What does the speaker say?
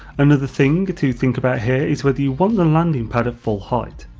another thing to think about here is whether you want the landing pad at full height.